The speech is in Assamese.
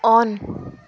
অ'ন